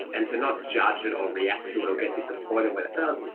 and to not judge it or react to it or get disappointed when it does,